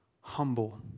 humble